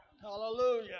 Hallelujah